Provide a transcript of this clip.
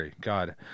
God